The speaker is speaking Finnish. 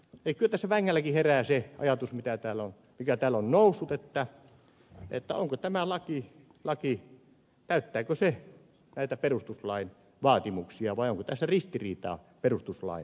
kyllä tässä vängälläkin herää se ajatus mikä täällä on noussut täyttääkö tämä laki näitä perustuslain vaatimuksia vai onko tässä ristiriitaa perustuslain kanssa